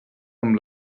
amb